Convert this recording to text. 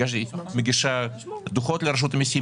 היא מגישה דוחות לרשות המיסים.